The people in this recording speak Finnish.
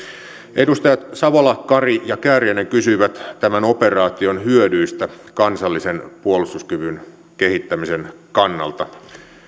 edustajat savola kari ja kääriäinen kysyivät tämän operaation hyödyistä kansallisen puolustuskyvyn kehittämisen kannalta